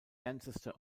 ancestor